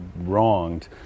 wronged